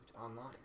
online